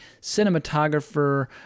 cinematographer